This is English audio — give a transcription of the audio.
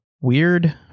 weird